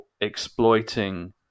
exploiting